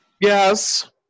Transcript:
yes